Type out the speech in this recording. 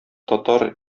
татар